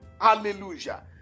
Hallelujah